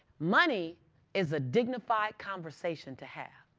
money is a dignified conversation to have.